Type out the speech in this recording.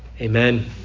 Amen